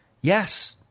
Yes